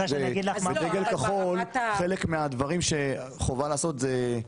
בדגל כחול חלק מהדברים שחובה לעשות זה הנגשה.